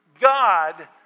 God